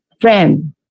friend